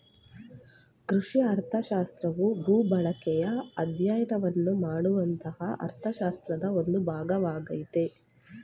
ಕೃಷಿ ಅರ್ಥಶಾಸ್ತ್ರವು ಭೂಬಳಕೆಯ ಅಧ್ಯಯನವನ್ನು ಮಾಡುವಂತಹ ಅರ್ಥಶಾಸ್ತ್ರದ ಒಂದು ಭಾಗವಾಗಯ್ತೆ